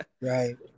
Right